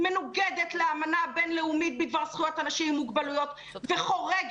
מנוגד לאמנה הבינלאומית בדבר זכויות אנשים עם מוגבלויות וחורג